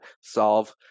solve